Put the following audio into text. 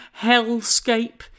hellscape